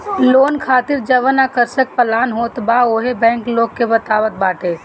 loan खातिर जवन आकर्षक प्लान होत बा उहो बैंक लोग के बतावत बाटे